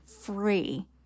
free